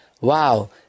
Wow